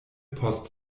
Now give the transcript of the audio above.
post